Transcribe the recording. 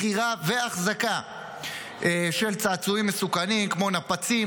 מכירה והחזקה של צעצועים מסוכנים כמו נפצים,